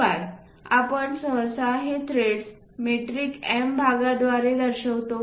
शिवाय आपण सहसा हे थ्रेड्स मेट्रिक M भागांद्वारे दर्शवितो